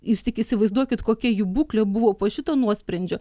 jūs tik įsivaizduokit kokia jų būklė buvo po šito nuosprendžio